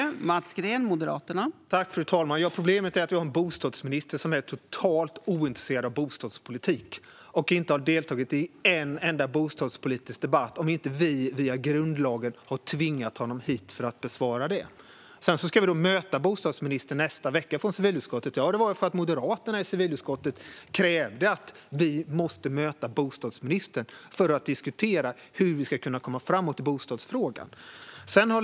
Fru talman! Problemet är att vi har en bostadsminister som är totalt ointresserad av bostadspolitik och som inte har deltagit i en enda bostadspolitisk debatt om inte vi, via grundlagen, har tvingat hit honom för att göra det. Vi i civilutskottet ska möta bostadsministern nästa vecka. Ja, det sker för att vi moderater i civilutskottet krävde att vi skulle få möta bostadsministern för att diskutera hur vi ska kunna komma framåt i bostadsfrågan.